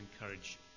encourage